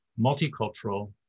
multicultural